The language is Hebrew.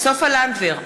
סופה לנדבר,